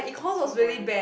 so annoying